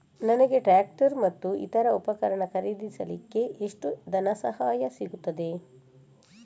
ನನಗೆ ಟ್ರ್ಯಾಕ್ಟರ್ ಮತ್ತು ಇತರ ಉಪಕರಣ ಖರೀದಿಸಲಿಕ್ಕೆ ಎಷ್ಟು ಧನಸಹಾಯ ಸಿಗುತ್ತದೆ?